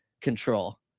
control